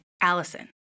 Allison